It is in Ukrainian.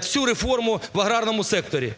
цю реформу в аграрному секторі.